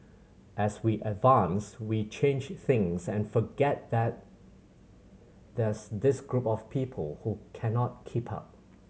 as we advance we change things and forget that there's this group of people who cannot keep up